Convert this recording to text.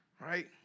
Right